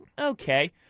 okay